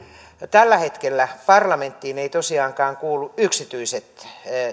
tällä hetkellä parlamenttiin eivät tosiaankaan kuulu yksityiset